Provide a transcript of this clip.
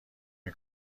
این